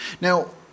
Now